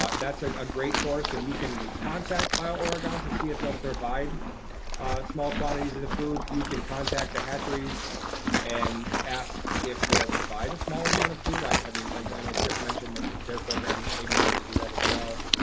ah that's like a great source, and you can contact bio-oregon to see if they'll provide small quantities of food. you can contact the hatcheries and ask if they'll provide a small amount of food. i i mean, like i don't know, kris mentioned that their program may be willing to do that, as well.